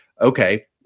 okay